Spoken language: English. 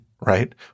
right